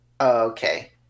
Okay